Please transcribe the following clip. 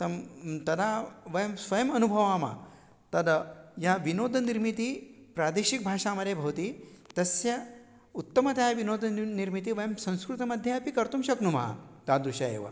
तं तदा वयं स्वयम् अनुभवामः तद् या विनोदनिर्मितः प्रादेशिकं भाषामध्ये भवति तस्य उत्तमतया विनोदनं निर्मितं वयं संस्कृतमध्ये अपि कर्तुं शक्नुमः तादृशः एव